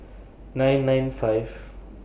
nine nine five